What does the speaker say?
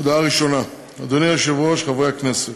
הודעה ראשונה: אדוני היושב-ראש, חברי הכנסת,